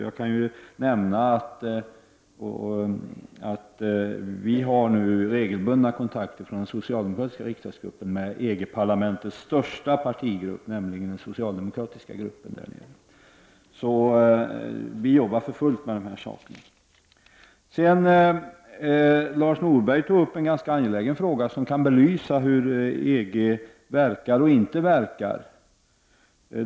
Jag kan även nämna att den socialdemokratiska riksdagsgruppen nu har regelbundna kontakter med EG-parlamentets största partigrupp, nämligen den socialdemokratiska gruppen där nere. Vi arbetar alltså för fullt med dessa frågor. Lars Norberg tog upp en ganska angelägen fråga, som kan belysa hur EG verkar och inte verkar.